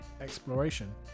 exploration